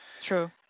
True